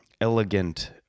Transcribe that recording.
elegant